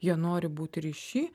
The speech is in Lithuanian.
jie nori būti ryšy